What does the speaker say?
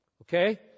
Okay